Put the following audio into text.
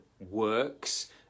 works